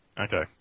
Okay